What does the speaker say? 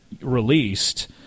released